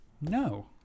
no